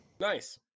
Nice